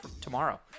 tomorrow